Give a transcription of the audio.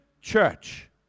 church